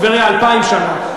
בטבריה 2,000 שנה,